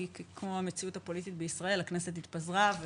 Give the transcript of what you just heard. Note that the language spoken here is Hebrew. כי כמו המציאות הפוליטית בישראל הכנסת התפזרה,